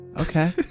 Okay